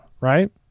right